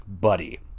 buddy